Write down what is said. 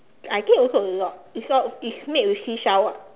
I think also a lot it all it's made with seashell [what]